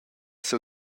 siu